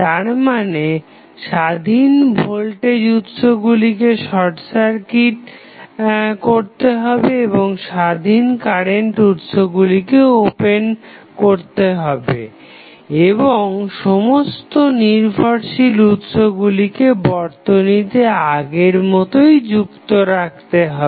তারমানে স্বাধীন ভোল্টেজ উৎসগুলিকে শর্ট করতে হবে ও স্বাধীন কারেন্ট উৎসগুলিকে ওপেন করতে হবে এবং সমস্ত নির্ভরশীল উৎসগুলিকে বর্তনীতে আগের মতোই যুক্ত রাখতে হবে